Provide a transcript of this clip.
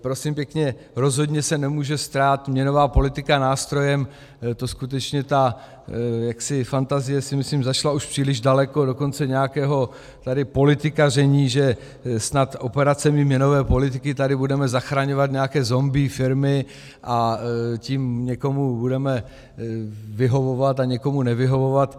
Prosím pěkně, rozhodně se nemůže stát měnová politika nástrojem, to skutečně ta fantazie zašla už příliš daleko, dokonce nějakého tady politikaření, že snad operacemi měnové politiky tady budeme zachraňovat nějaké zombie firmy, a tím někomu budeme vyhovovat a někomu nevyhovovat.